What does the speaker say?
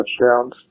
touchdowns